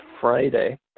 Friday